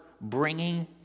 bringing